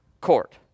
court